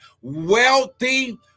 Wealthy